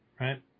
right